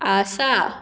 आसा